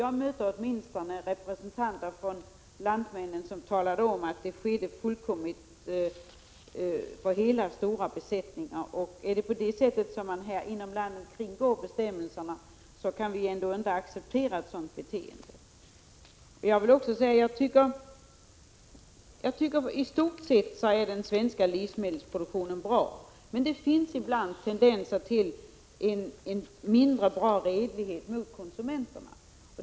Jag har mött representanter för Lantmännen som talat om att detta skedde på hela stora besättningar. Att på det sättet inom landet kringgå bestämmelserna kan vi ändå inte acceptera. Jag tycker att den svenska livsmedelsproduktionen i stort sett är bra. Men det finns ibland tendenser till en mindre bra redlighet mot konsumenterna.